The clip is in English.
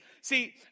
See